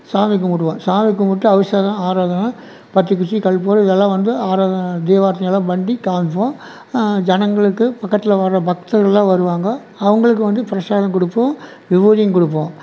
சாமி கும்பிடுவோம் சாமி கும்பிட்டு அபிஷேகம் ஆராதனை பத்தி குச்சி கல்பூரம் இதெல்லாம் வந்து ஆராதனை தீபாராதனலாம் பண்ணி காமிப்போம் ஜனங்களுக்கு பக்கத்தில் வர்ற பக்தர்களாம் வருவாங்க அவங்களுக்கு வந்து ப்ரசாதம் கொடுப்போம் விபூதியும் கொடுப்போம்